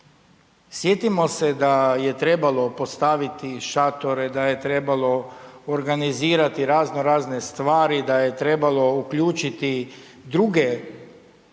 Sjetimo se da je trebalo postaviti šatore, da je trebalo organizirati razno razne stvari, da je trebalo uključiti i druge,